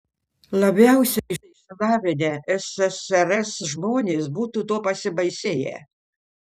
labiausiai išsilavinę ssrs žmonės būtų tuo pasibaisėję